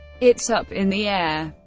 it's up in the air.